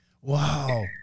Wow